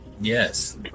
Yes